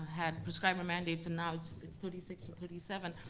had prescriber mandates and now it's it's thirty six or thirty seven.